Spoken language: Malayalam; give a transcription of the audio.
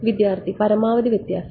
വിദ്യാർത്ഥി പരമാവധി വ്യത്യാസം